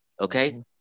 Okay